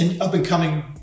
up-and-coming